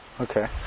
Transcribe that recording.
Okay